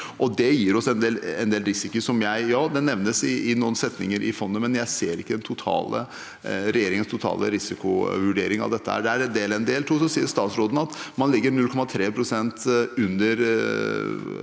Det gir oss en del risiko, som nevnes i noen setninger om fondet, men jeg ser ikke regjeringens totale risikovurdering av dette. Det er én del. Så sier statsråden at man ligger 0,3 pst. under